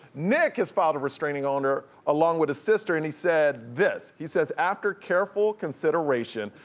nick has filed a restraining order, along with his sister, and he said this, he says, after careful consideration,